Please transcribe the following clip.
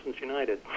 United